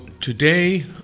today